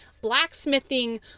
blacksmithing